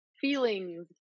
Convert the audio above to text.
feelings